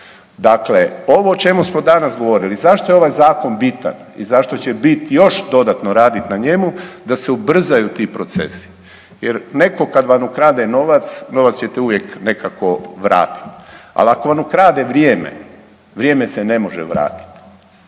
Dakle, ovo o čemu smo danas govorili, zašto je ovaj zakon bitan i zašto će bit još dodatno radit na njemu da se ubrzaju ti procesi. Jer netko kad vam ukrade novac, novac čete uvijek nekako vratiti, ali ako vam ukrade vrijeme, vrijeme se ne može vratiti.